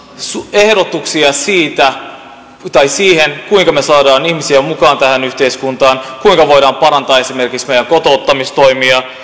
ehdotuksia siitä kuinka me saamme ihmisiä mukaan tähän yhteiskuntaan kuinka voimme parantaa esimerkiksi meidän kotouttamistoimia